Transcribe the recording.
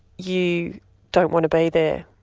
you don't want to be there,